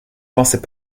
pensais